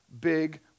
big